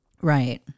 Right